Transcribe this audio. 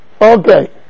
Okay